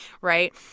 right